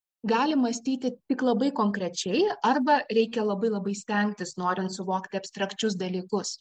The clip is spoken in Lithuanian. gali mąstyti tik labai konkrečiai arba reikia labai labai stengtis norint suvokti abstrakčius dalykus